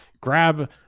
grab